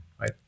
right